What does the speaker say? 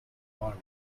morning